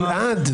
גלעד.